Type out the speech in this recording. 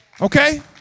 Okay